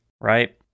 right